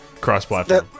cross-platform